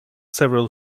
several